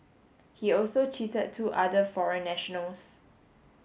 he also cheated two other foreign nationals